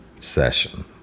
session